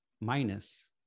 minus